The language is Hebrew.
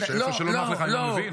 מה, איפה שלא נוח לך אני לא מבין?